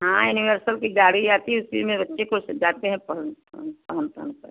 हाँ यूनिवर्सल की गाड़ी आती है उसी में बच्चे को स जाते हैं पहन पहन पहन पहनकर